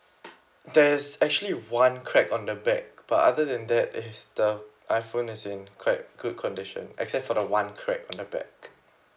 there is actually one crack on the back but other than that it's the iphone is in quite good condition except for the one crack on the back